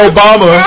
Obama